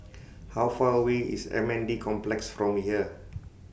How Far away IS M N D Complex from here